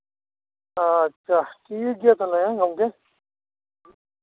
ᱚᱻ ᱟᱪᱪᱷᱟ ᱴᱷᱤᱠᱜᱮᱭᱟ ᱛᱟᱞᱦᱮ ᱦᱮᱸ ᱜᱚᱝᱠᱮ